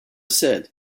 said